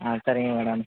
ஆ சரிங்க மேடம்